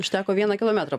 užteko vieną kilometrą